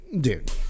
dude